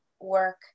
work